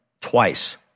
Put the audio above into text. twice